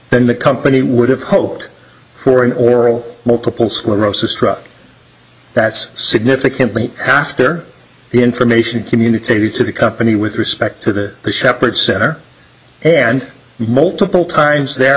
than the company would have hoped for an oral multiple sclerosis truck that's significantly after the information communicated to the company with respect to the the shepherd center and multiple times the